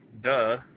duh